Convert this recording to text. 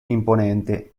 imponente